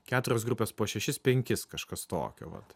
keturios grupės po šešis penkis kažkas tokio vat